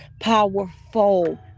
powerful